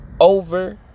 Over